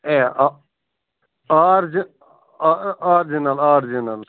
ہے آ آرجِ آ آرجِنَل آرجِنَل